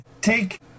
take